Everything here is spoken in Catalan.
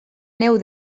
neu